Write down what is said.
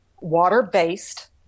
water-based